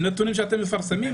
נתונים שאתם מפרסמים,